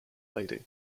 lady